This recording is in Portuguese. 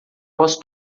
posso